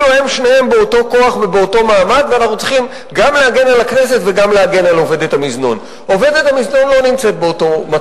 שאולי לא יהיה צורך להכניס חברת סלולר נוספת,